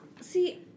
see